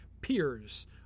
peers